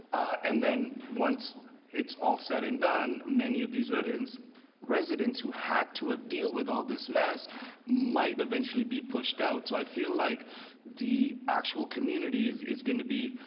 and then once it's all said and done, many of these residents residents who had to deal with all this mess might eventually be pushed out. so i feel like the actual community is is going to be